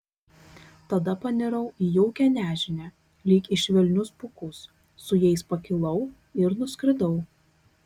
tada panirau į jaukią nežinią lyg į švelnius pūkus su jais pakilau ir nuskridau